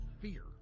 fear